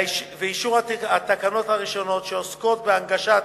ואישור התקנות הראשונות שעוסקות בהנגשת